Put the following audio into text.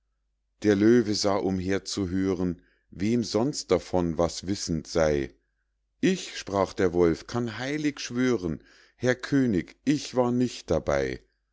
der löwe sah umher zu hören wem sonst davon was wissend sey ich sprach der wolf kann heilig schwören herr könig ich war nicht dabei